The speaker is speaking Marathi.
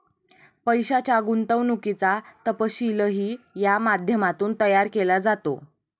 पैशाच्या गुंतवणुकीचा तपशीलही या माध्यमातून तयार केला जातो